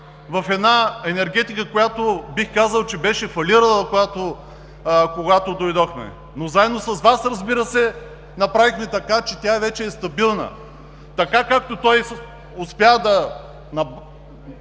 наред в енергетиката, която, бих казал, че беше фалирала, когато дойдохме. Заедно с Вас, разбира се, направихме така, че тя вече е стабилна. Така, както той успя с